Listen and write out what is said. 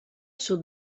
sud